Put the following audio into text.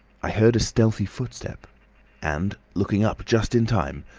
i heard a stealthy footstep and, looking up just in time,